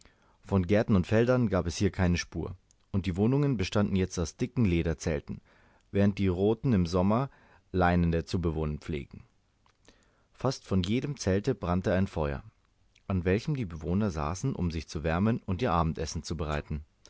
von gärten und feldern gab es hier keine spur und die wohnungen bestanden jetzt aus dicken lederzelten während die roten im sommer leinene zu bewohnen pflegen fast vor jedem zelte brannte ein feuer an welchem die bewohner saßen um sich zu wärmen und ihr abendessen